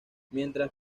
mientras